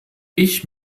ich